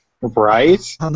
Right